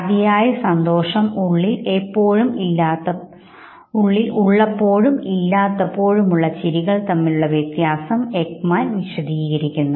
അതിയായ സന്തോഷം ഉള്ളിൽ ഉള്ളപ്പോഴും ഇല്ലാത്തപ്പോഴും ഉള്ള ചിരികൾ തമ്മിലുള്ള വ്യത്യാസം എക്മാൻ വിശദീകരിക്കുന്നു